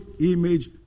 image